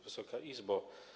Wysoka Izbo!